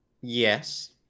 Yes